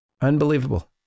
Unbelievable